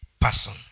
person